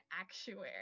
actuary